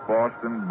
Boston